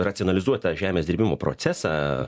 racionalizuot tą žemės dirbimo procesą